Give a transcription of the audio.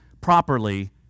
properly